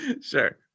Sure